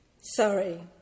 Sorry